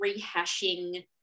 rehashing